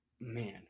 Man